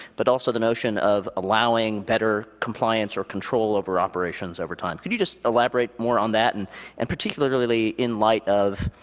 but also the notion of allowing better compliance or control over operations over time. could you just elaborate more on that? and and particularly, in light of,